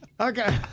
Okay